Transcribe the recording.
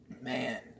man